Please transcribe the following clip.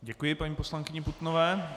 Děkuji paní poslankyni Putnové.